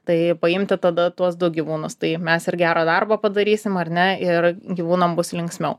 tai paimti tada tuos du gyvūnus tai mes ir gerą darbą padarysim ar ne ir gyvūnam bus linksmiau